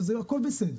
הכול בסדר,